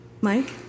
Mike